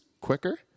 quicker